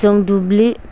जों दुब्लि